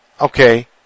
Okay